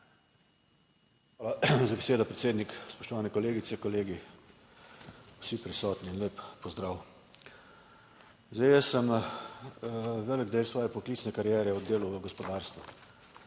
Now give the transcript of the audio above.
Hvala za besedo, predsednik. Spoštovani kolegice, kolegi, vsi prisotni, lep pozdrav! Zdaj jaz sem velik del svoje poklicne kariere od delal v gospodarstvu.